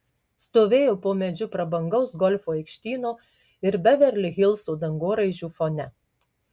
stovėjo po medžiu prabangaus golfo aikštyno ir beverli hilso dangoraižių fone